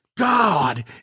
God